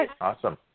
Awesome